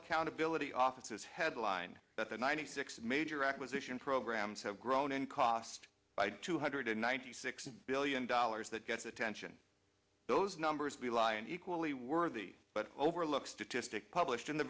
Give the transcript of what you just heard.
accountability office is headlined that the ninety six major acquisition programs have grown in cost by two hundred ninety six billion dollars that gets attention those numbers be a lie and equally worthy but overlook statistic published in the